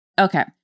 Okay